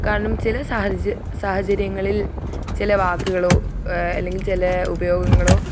കാരണം ചില സാഹചര്യങ്ങളിൽ ചില വാക്കുകളോ അല്ലെങ്കിൽ ചില ഉപയോഗങ്ങളോ